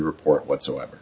report whatsoever